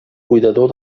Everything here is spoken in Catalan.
cuidador